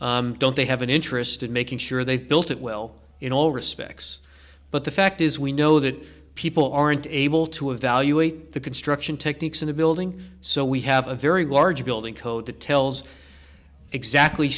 don't they have an interest in making sure they've built it well in all respects but the fact is we know that people aren't able to evaluate the construction techniques in the building so we have a very large building code that tells exactly